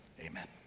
amen